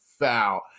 foul